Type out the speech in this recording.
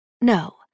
No